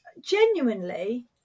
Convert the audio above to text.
genuinely